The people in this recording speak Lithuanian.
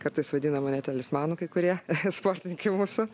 kartais vadina mane talismanu kai kurie sportininkai mūsų